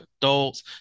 adults